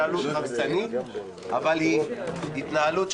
זו באמת התנהלות הרסנית,